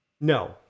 No